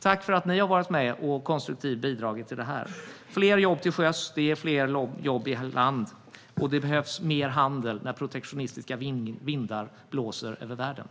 Tack för att ni har varit med och bidragit konstruktivt till det här! Fler jobb till sjöss ger fler jobb på land, och det behövs mer handel när protektionistiska vindar blåser över världen.